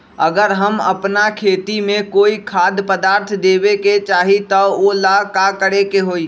अगर हम अपना खेती में कोइ खाद्य पदार्थ देबे के चाही त वो ला का करे के होई?